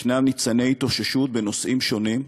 יש ניצני התאוששות בנושאים שונים,